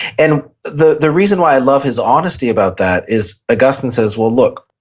and the the reason why i love his honesty about that is augustine says well look,